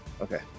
Okay